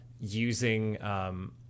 using